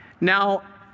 Now